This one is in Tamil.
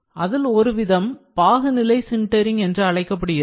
அதில் ஒரு விதம் பாகுநிலை சின்டரிங் என்று அழைக்கப்படுகிறது